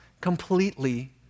completely